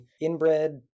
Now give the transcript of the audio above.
inbred